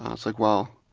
um it's like, well,